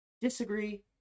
disagree